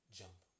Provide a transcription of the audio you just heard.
jump